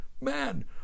Man